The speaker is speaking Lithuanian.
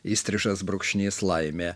įstrižas brūkšnys laimė